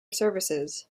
services